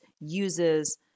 uses